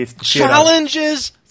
challenges